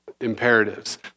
imperatives